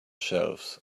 shelves